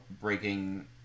breaking